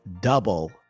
double